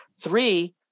Three